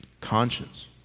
Conscience